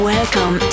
Welcome